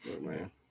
man